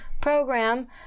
program